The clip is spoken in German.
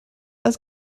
als